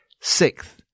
Sixth